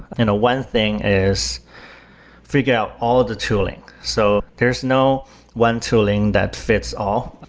and one thing is figure out all the tooling. so there's no one tooling that fits all,